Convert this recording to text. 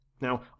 Now